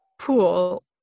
pool